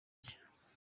cye